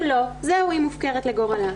אם לא, היא מופקרת לגורלה.